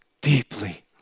deeply